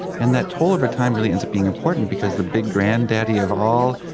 and that toll over time really ends up being important because the big grandaddy of all,